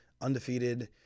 undefeated